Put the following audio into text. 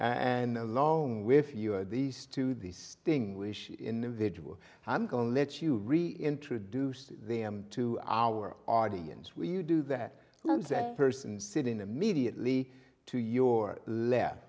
and along with you are these to distinguish individual i'm going to let you reintroduced them to our audience when you do that now and that person sitting immediately to your left